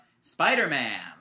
Spider-Man